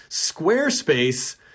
Squarespace